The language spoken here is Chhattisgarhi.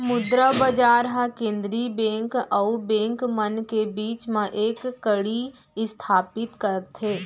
मुद्रा बजार ह केंद्रीय बेंक अउ बेंक मन के बीच म एक कड़ी इस्थापित करथे